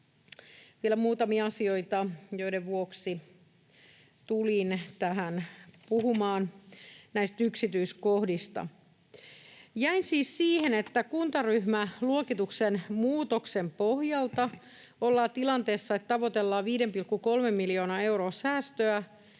vielä muutamia asioita, joiden vuoksi tulin tähän puhumaan näistä yksityiskohdista. Jäin siis siihen, että kuntaryhmäluokituksen muutoksen pohjalta ollaan tilanteessa, että tavoitellaan 5,3 miljoonan euroa säästöä